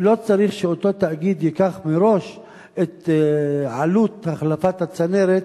לא צריך שאותו תאגיד ייקח מראש את עלות החלפת הצנרת,